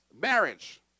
marriage